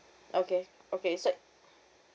okay okay so